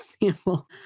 example